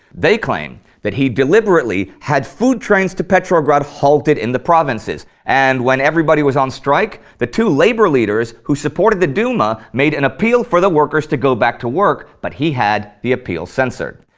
they claim that he deliberately had food trains to petrograd halted in the provinces, and when everybody was on strike, the two labor leaders who supported the duma made an appeal for the workers to go back to work, but he had the appeal censored.